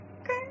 Okay